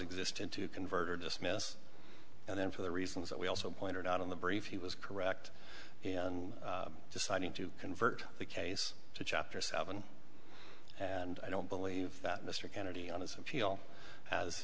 existed to convert or dismiss and then for the reasons that we also pointed out in the brief he was correct deciding to convert the case to chapter seven and i don't believe that mr kennedy on his appeal has